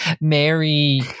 Mary